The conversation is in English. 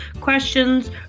questions